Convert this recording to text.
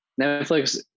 Netflix